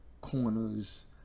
corners